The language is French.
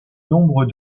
nombre